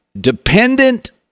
dependent